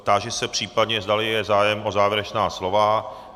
Táži se, případně zdali je zájem o závěrečná slova.